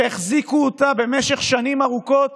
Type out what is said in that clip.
שהחזיקו אותה במשך שנים ארוכות